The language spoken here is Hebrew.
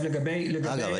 אגב,